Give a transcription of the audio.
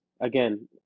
again